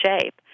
shape